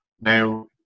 now